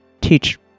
teach